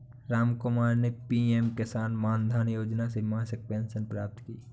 रामकुमार ने पी.एम किसान मानधन योजना से मासिक पेंशन प्राप्त की